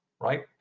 right